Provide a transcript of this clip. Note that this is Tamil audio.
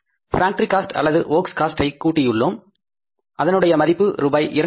பேக்டரி காஸ்ட் அல்லது ஒர்க்ஸ் காஸ்ட் ஐ கூடியுள்ளோம் அதனுடைய மதிப்பு ரூபாய் 256000